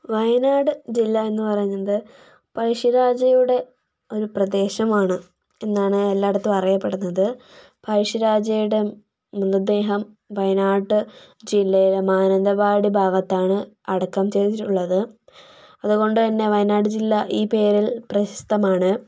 വയനാട് ജില്ല എന്നു പറയുന്നത് പഴശ്ശിരാജയുടെ ഒരു പ്രദേശമാണ് എന്നാണ് എല്ലായിടത്തും അറിയപ്പെടുന്നത് പഴശ്ശിരാജയുടെ മൃതദേഹം വയനാട് ജില്ലയിലെ മാനന്തവാടി ഭാഗത്താണ് അടക്കം ചെയ്തിട്ടുള്ളത് അതുകൊണ്ടുതന്നെ വയനാട് ജില്ല ഈ പേരിൽ പ്രശസ്തമാണ്